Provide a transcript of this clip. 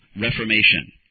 reformation